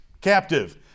captive